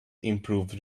improves